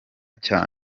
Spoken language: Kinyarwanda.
cya